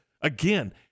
Again